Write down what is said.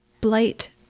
Blight